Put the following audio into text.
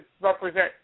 represent